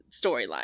storyline